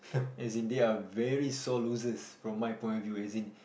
as in they are very sore losers from my point of view as in